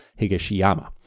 Higashiyama